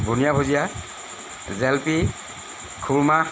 বুনিয়া ভুজিয়া জেলেপী খুৰমা